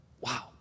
Wow